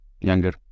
Younger